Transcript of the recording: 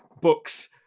books